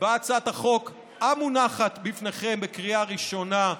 בהצעת החוק, המונחת בפניכם בקריאה ראשונה,